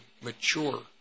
mature